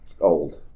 old